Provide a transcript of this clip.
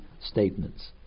statements